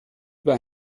bei